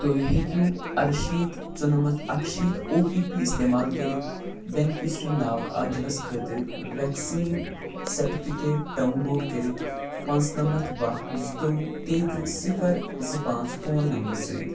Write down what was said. تُہۍ ہیٚکِو ارٕشیٖتھ ژُنَمتھ اَکہٕ شیٖتھ او ٹی پی استعمال کٔرِتھ بیٚنِفیشرِی ناو عادِلس خٲطرٕ ویٚکسیٖن سرٹِفکیٹ ڈاوُن لوڈ کٔرِتھ پانٛژٕنَمتھ باہ زٕتووُہ تیٚیہِ تٕرٛہ صِفر زٕ پانٛژ فون نمبرٕ سۭتۍ